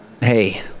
Hey